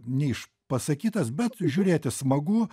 neišpasakytas bet žiūrėti smagu